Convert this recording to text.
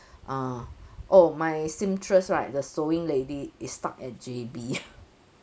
ah oh my seamstress right the sewing lady is stuck at J_B